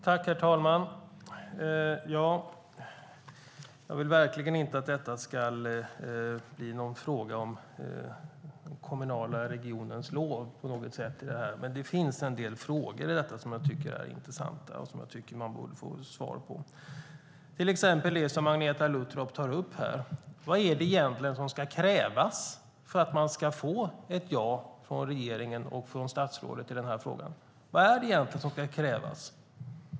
Herr talman! Jag vill verkligen inte att detta ska bli en fråga om den kommunala regionens lov, men det finns en del frågor i detta som jag tycker är intressanta och som man borde få svar på. Det är till exempel det som Agneta Luttropp tar upp här: Vad är det egentligen som ska krävas för att man ska få ett ja från regeringen och från statsrådet i den här frågan? Vad är det som ska krävas?